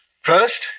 First